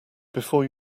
before